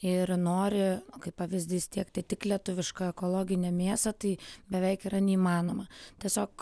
ir nori kaip pavyzdys tiekti tik lietuvišką ekologinę mėsą tai beveik yra neįmanoma tiesiog